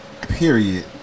period